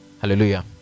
hallelujah